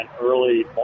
early